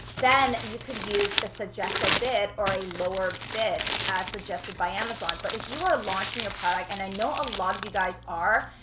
then you can use the suggested bid or a lower bid, suggested by amazon. but if you are launching your product, and i know a lot of you guys are,